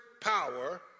power